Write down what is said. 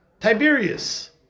Tiberius